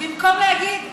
במקום להגיד,